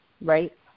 right